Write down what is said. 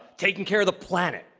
taking care of the planet?